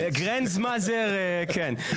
Granzmother, כן.